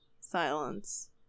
Silence